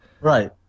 Right